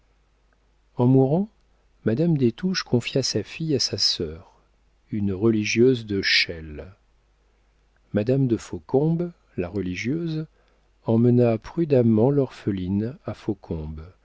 en mourant madame des touches confia sa fille à sa sœur une religieuse de chelles madame de faucombe la religieuse emmena prudemment l'orpheline à